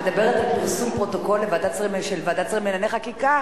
שמדברת על פרסום הפרוטוקול של ועדת שרים לענייני חקיקה.